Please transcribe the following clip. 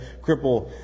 cripple